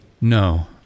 No